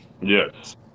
Yes